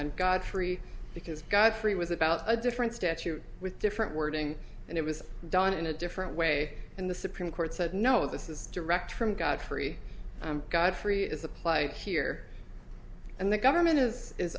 on godfrey because godfrey was about a different statute with different wording and it was done in a different way and the supreme court said no this is direct from godfrey godfrey is applied here and the government is is